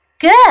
Good